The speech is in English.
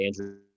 Andrew